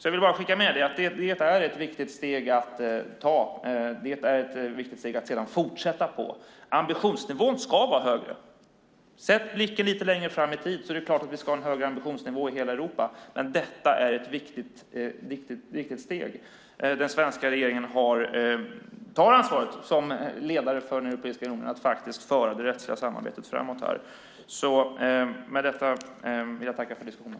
Jag vill bara skicka med att det är ett viktigt steg att ta och sedan fortsätta med. Ambitionsnivån ska vara högre. Sätt blicken lite längre fram i tid! Det är klart att vi ska ha en högre ambitionsnivå i hela Europa. Men detta är ett viktigt steg. Den svenska regeringen tar som ledare för Europeiska unionen ansvaret för att föra det rättsliga samarbetet framåt här. Med detta vill jag tacka för diskussionen.